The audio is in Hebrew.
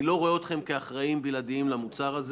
אני לא רואה אתכם כאחראים בלעדיים למוצר הזה.